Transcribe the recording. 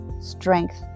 strength